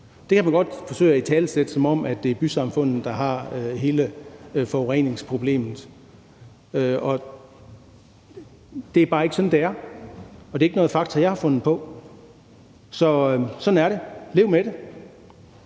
Det kan man godt forsøge at italesætte, som om det er bysamfundene, der har hele forureningsproblemet. Det er bare ikke sådan, det er, og det er ikke nogle fakta, jeg har fundet på. Så sådan er det. Lev med det.